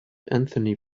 anthony